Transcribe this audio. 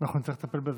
אנחנו נצטרך לטפל בזה,